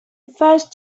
first